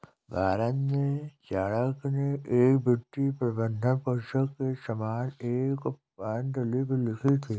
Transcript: भारत में चाणक्य ने एक वित्तीय प्रबंधन पुस्तक के समान एक पांडुलिपि लिखी थी